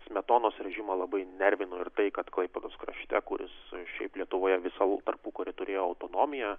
smetonos režimą labai nervino ir tai kad klaipėdos krašte kuris šiaip lietuvoje visu tarpukariu turėjo autonomiją